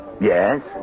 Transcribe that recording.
Yes